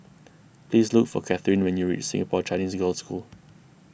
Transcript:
please look for Katherin when you reach Singapore Chinese Girls' School